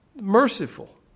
merciful